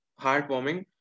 heartwarming